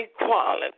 equality